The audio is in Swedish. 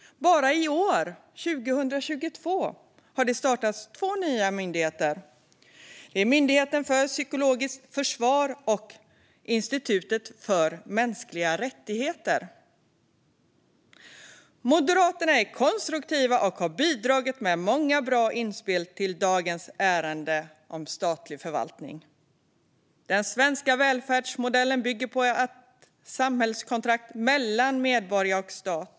Bara i år, 2022, har det startats två nya myndigheter: Myndigheten för psykologiskt försvar och Institutet för mänskliga rättigheter. Moderaterna är konstruktiva och har bidragit med många bra inspel till dagens ärende om statlig förvaltning. Den svenska välfärdsmodellen bygger på ett samhällskontrakt mellan medborgare och stat.